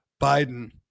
Biden